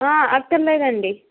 అక్కర్లేదు అండి